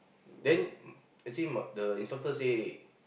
then actually the instructor say